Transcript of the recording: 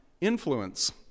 influence